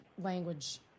language